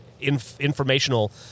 informational